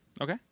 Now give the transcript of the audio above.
Okay